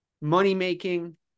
money-making